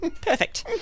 Perfect